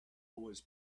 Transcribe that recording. was